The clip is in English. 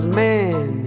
man